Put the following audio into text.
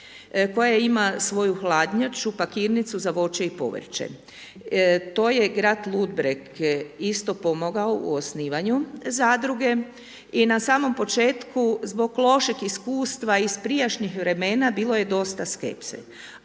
koja ima svoju hladnjaču, pakirnicu za voće i povrće. To je grad Ludbreg isto pomogao u osnivanju zadruge i na samom početku zbog lošeg iskustva iz prijašnjih vremena bilo je dosta skepse.